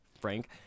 Frank